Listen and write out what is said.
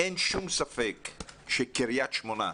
אין ספק שקרית שמונה,